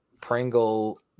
Pringle